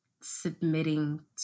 submitting